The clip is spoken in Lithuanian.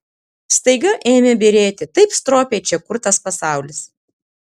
staiga ėmė byrėti taip stropiai čia kurtas pasaulis